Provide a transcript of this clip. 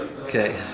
Okay